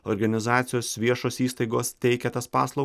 organizacijos viešos įstaigos teikia tas paslau